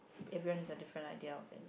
if you want to have different idea of it